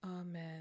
amen